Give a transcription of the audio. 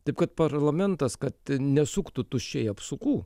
taip kad parlamentas kad nesuktų tuščiai apsukų